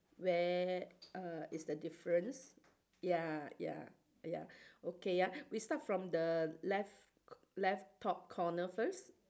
where err is the difference ya ya ya okay ya we start from the left left top corner first